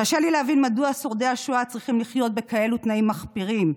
קשה לי להבין מדוע שורדי השואה צריכים לחיות בכאלה תנאים חיים מחפירים.